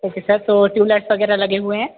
okay sir तो tubelights वगैरह लगे हुए हैं